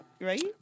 right